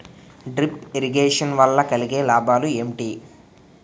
Drip irrigation వల్ల కలిగే లాభాలు ఏంటి?